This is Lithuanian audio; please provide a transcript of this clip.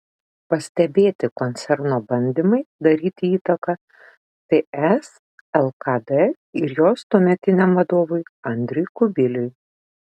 pastebėti koncerno bandymai daryti įtaką ts lkd ir jos tuometiniam vadovui andriui kubiliui